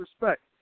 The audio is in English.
respect